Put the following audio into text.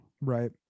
Right